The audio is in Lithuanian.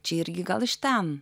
čia irgi gal iš ten